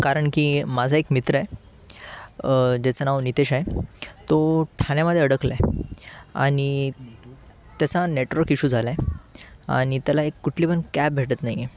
कारण की माझा एक मित्र आहे ज्याचं नाव नितेश आहे तो ठाण्यामध्ये अडकला आहे आणि त्याचा नेटरोक इश्यू झाला आहे आणि त्याला एक कुठली पण कॅब भेटत नाही आहे